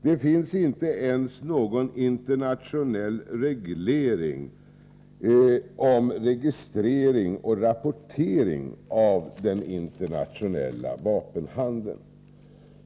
Det finns inte ens någon internationell reglering om registrering och rapportering av den internationella vapenhandeln.